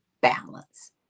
balance